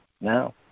now